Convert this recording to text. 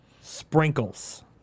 Sprinkles